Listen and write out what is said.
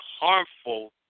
harmful